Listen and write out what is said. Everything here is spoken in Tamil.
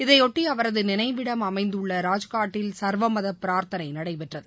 இதைபொட்டி அவரது நினைவிடம் அமைந்துள்ள ராஜ்காட்டில் சர்வமத பிரார்த்தனை நடைபெற்றது